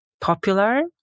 popular